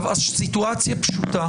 הסיטואציה פשוטה.